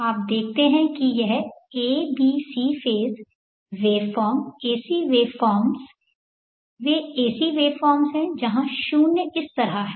आप देखतें है कि यह a b c phase waveform AC waveforms वे AC वेवफॉर्म्स हैं जहां 0 इस तरह है